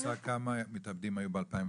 יש לך מושג כמה מתאבדים היו ב-2013?